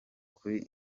kuri